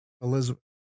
Elizabeth